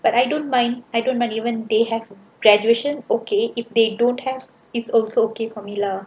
but I don't mind I don't mind even they have graduation okay if they don't have it's also okay for me lah